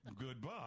goodbye